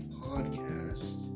podcast